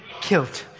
killed